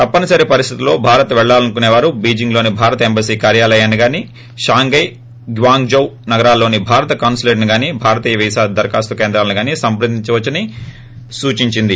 తప్పనిసరి పరిస్లితుల్లో భారత్ పెళ్లాలనుకునేవారు బీజింగ్లోని భారత ఎంబసీ కార్యాలయాన్ని కానీ లేదా షాంఘై గ్వాంగ్లౌ నగరాల్లోని భారత కాన్పులేట్లను గానీ భారతీయ వీసా దరఖాస్తు కేంద్రాలను గానీ సంప్రదించవచ్చునని సూచించింది